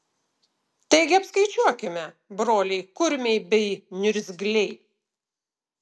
taigi apskaičiuokime broliai kurmiai bei niurzgliai